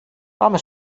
πάμε